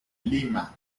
lima